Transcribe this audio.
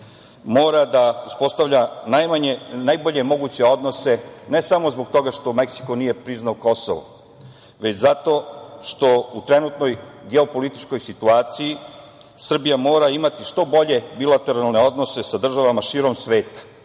mora da uspostavlja najbolje moguće odnose ne samo zbog toga što Meksiko nije priznao Kosovo, već zato što u trenutnoj geopolitičkoj situaciji Srbija mora imati što bolje bilateralne odnose sa državama širom sveta. Znate,